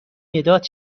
مداد